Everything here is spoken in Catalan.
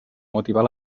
motivar